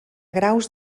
graus